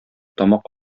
тамак